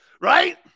Right